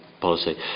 policy